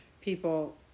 people